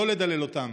לא לדלל אותם.